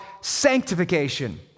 sanctification